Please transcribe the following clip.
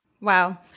Wow